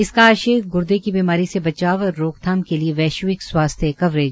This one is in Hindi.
इसका आश्य ग्र्दे की बीमारी से बचाव और रोकथाम के लिये वैश्विक स्वास्थ्य कवरेज